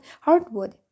hardwood